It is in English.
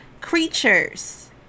creatures